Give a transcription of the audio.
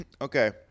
okay